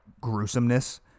gruesomeness